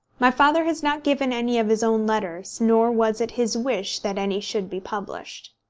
my father has not given any of his own letters, nor was it his wish that any should be published.